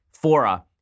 fora